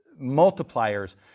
multipliers